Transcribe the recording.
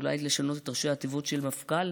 אולי לשנות את ראשי התיבות של מפכ"ל